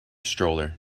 stroller